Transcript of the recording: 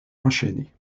enchaîné